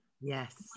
Yes